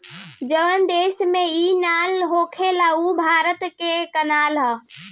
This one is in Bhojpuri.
जवन देश में ई ना होला उ भारत से किनेला